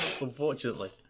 unfortunately